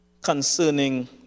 concerning